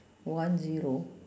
one zero